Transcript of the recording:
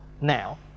now